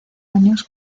años